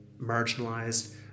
marginalized